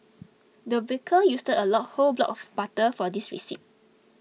the baker used a lock whole block of butter for this recipe